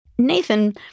Nathan